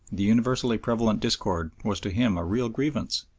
the universally prevalent discord was to him a real grievance,